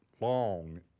long